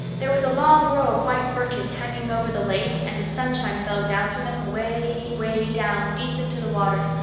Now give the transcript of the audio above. there was a long row of white birches hanging over the lake and the sunshine fell down through them, way, way down, deep into the water.